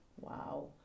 Wow